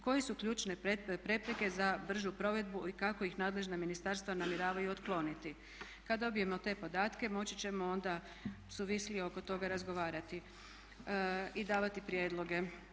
Koje su ključne prepreke za bržu provedbu i kako ih nadležna ministarstva namjeravaju otkloniti, kada dobijemo te podatke moći ćemo onda suvislije oko toga razgovarati i davati prijedloge.